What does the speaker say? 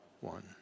one